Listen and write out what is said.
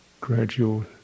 Gradual